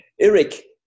Eric